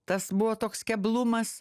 tas buvo toks keblumas